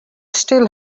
still